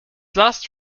last